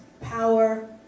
power